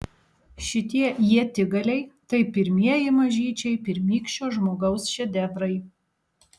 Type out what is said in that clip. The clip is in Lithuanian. šitie ietigaliai tai pirmieji mažyčiai pirmykščio žmogaus šedevrai